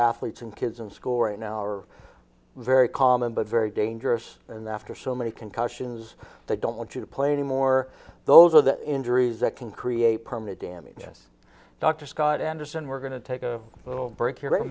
athletes and kids in school right now are very common but very dangerous and after so many concussions they don't want to play anymore those are the injuries that can create permanent damage yes dr scott anderson we're going to take a little break